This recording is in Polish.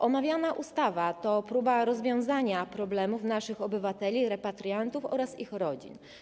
Omawiana ustawa to próba rozwiązania problemów naszych obywateli, repatriantów oraz ich rodzin.